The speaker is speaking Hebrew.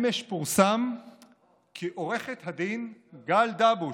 אמש פורסם כי עו"ד גל דבוש,